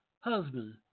husband